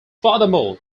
furthermore